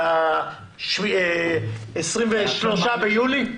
ב-23 ביולי?